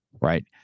right